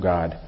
God